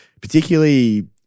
particularly